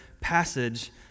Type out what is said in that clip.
passage